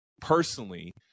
personally